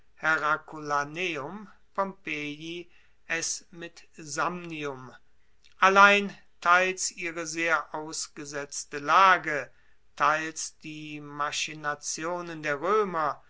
mit samnium allein teils ihre sehr ausgesetzte lage teils die machinationen der roemer